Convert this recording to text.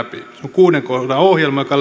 kuuden kohdan ohjelma joka